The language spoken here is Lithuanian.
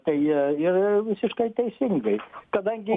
tai ir visiškai teisingai kadangi